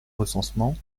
recensement